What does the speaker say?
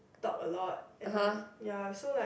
talk a lot and then ya so like